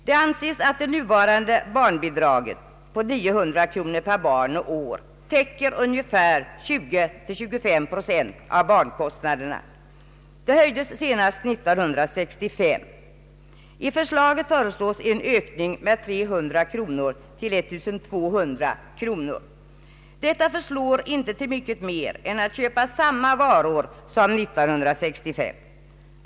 Det anses att det nuvarande barnbidraget på 900 kronor per barn och år täcker ungefär 20—25 procent av barnkostnaderna. Bidraget höjdes senast 1965. I förslaget begärs en ökning med 300 kronor till 1200 kronor. Detta belopp förslår inte till mycket mer än att köpa samma varor som 1965.